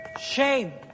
Shame